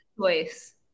choice